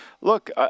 look